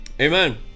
Amen